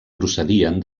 procedien